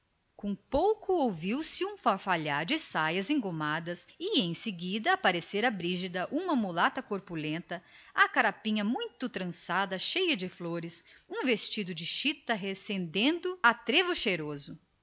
piano pouco depois ouviu-se um farfalhar de saias engomadas e em seguida apresentou-se a brígida uma mulata corpulenta a carapinha muito trançada e cheia de flores um vestido de chita